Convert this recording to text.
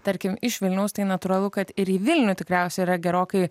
tarkim iš vilniaus tai natūralu kad ir į vilniuje tikriausiai yra gerokai